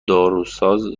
داروساز